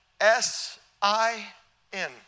S-I-N